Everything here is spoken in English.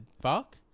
fuck